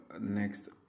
next